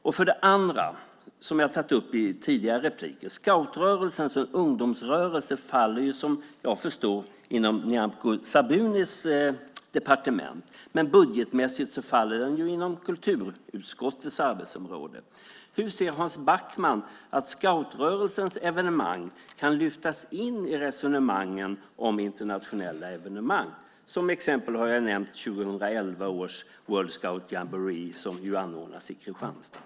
Låt mig ta upp något som jag tagit upp i tidigare repliker: Scoutrörelsen som ungdomsrörelse faller om jag förstått rätt under Nyamko Sabunis departement, men budgetmässigt hör den till kulturutskottets arbetsområde. Hur ser Hans Backman att scoutrörelsens evenemang kan lyftas in i resonemangen om internationella evenemang? Som exempel har jag nämnt 2011 års World Scout Jamboree, som anordnas i Kristianstad.